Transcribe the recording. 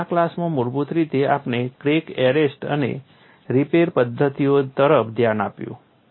અને આ ક્લાસમાં મુળભૂત રીતે આપણે ક્રેક એરેસ્ટ અને રિપેર પદ્ધતિઓ તરફ ધ્યાન આપ્યું